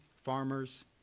Farmers